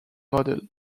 model